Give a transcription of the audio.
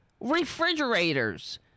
refrigerators